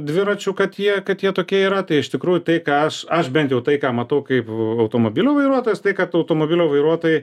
dviračių kad jie kad jie tokie yra tai iš tikrųjų tai ką aš aš bent jau tai ką matau kaip automobilio vairuotojas tai kad automobilio vairuotojai